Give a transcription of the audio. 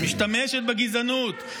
שמשתמשת בגזענות,